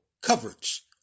coverage